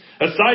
Aside